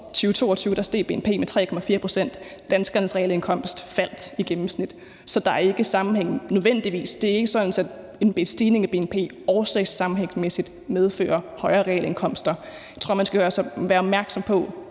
år, 2022, steg bnp med 3,4 pct., og danskernes realindkomst faldt, i gennemsnit. Så der er ikke nødvendigvis nogen sammenhæng. Det er ikke sådan, at en stigning i bnp årsagssammenhængsmæssigt medfører højere realindkomster. Jeg tror, man skal være opmærksom på,